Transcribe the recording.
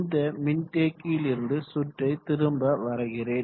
இந்த மின்தேக்கியிலிருந்து சுற்றை திரும்ப வரைகிறேன்